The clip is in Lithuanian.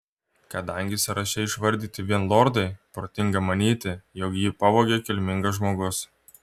kadangi sąraše išvardyti vien lordai protinga manyti jog jį pavogė kilmingas žmogus